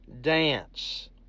dance